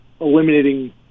eliminating